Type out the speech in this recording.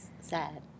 sad